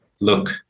look